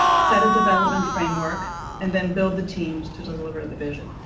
set a development framework and then build the team to deliver and the vision.